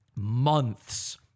months